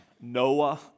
Noah